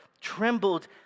trembled